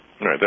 Right